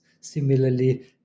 similarly